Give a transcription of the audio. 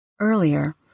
Earlier